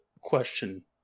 question